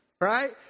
right